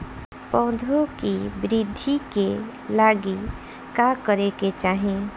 पौधों की वृद्धि के लागी का करे के चाहीं?